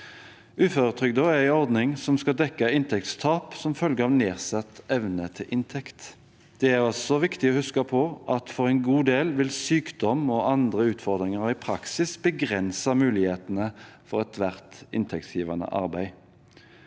Uføretrygden er en ordning som skal dekke inntektstap som følge av nedsatt evne til inntekt. Det er også viktig å huske på at for en god del vil sykdom og andre utfordringer i praksis begrense mulighetene for ethvert inntektsgivende arbeid.